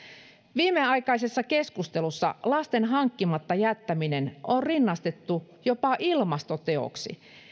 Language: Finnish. viimeaikaisessa keskustelussa lasten hankkimatta jättäminen on rinnastettu jopa ilmastoteoksi